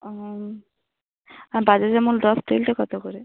ওম আর Bajaj almond drop তেলটা কতো করে